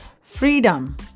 freedom